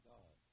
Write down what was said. God